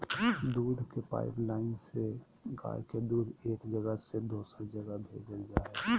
दूध के पाइपलाइन से गाय के दूध एक जगह से दोसर जगह भेजल जा हइ